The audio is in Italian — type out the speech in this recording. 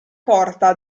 porta